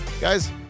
Guys